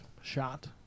shot